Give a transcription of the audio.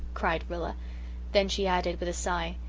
cried rilla then she added with a sigh,